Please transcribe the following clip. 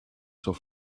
zur